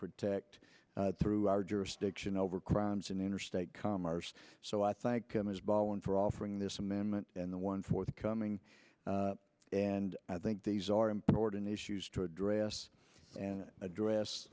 protect through our jurisdiction over crimes in interstate commerce so i thank them as bollen for offering this amendment in the one forthcoming and i think these are important issues to address and address